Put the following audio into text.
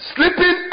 Sleeping